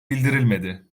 bildirilmedi